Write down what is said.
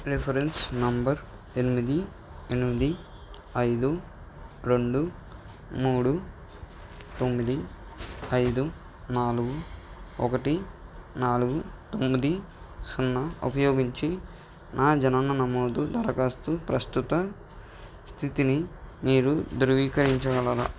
reference number ఎనిమిది ఎనిమిది ఐదు రెండు మూడు తొమ్మిది ఐదు నాలుగు ఒకటి నాలుగు తొమ్మిది సున్నా ఉపయోగించి నా జనన నమోదు దరఖాస్తు ప్రస్తుత స్థితిని మీరు ధృవీకరించగలరా